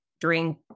drink